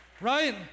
Right